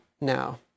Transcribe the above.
now